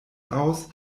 aus